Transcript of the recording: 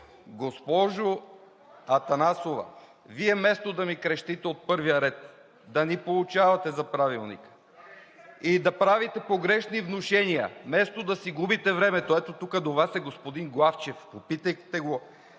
Госпожо Атанасова, Вие вместо да ни крещите от първия ред, да ни поучавате за Правилника и да правите погрешни внушения, вместо да си губите времето – ето тук до Вас е господин Главчев, попитайте го